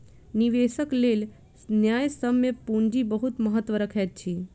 निवेशकक लेल न्यायसम्य पूंजी बहुत महत्त्व रखैत अछि